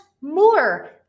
more